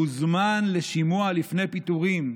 שהוזמן לשימוע לפני פיטורים.